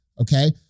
Okay